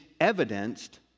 evidenced